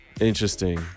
Interesting